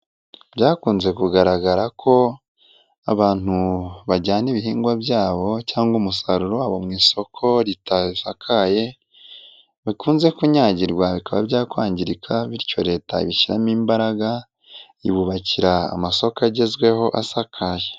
Byakunze kugaragara ko abantu bajyana ibihingwa byabo cyangwa umusaruro wabo mu isoko ritasakaye bakunze kunyagirwa bikaba byakwangirika bityo leta ibishyiramo imbaraga ibubakira amasoko agezweho asakaye.